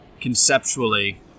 conceptually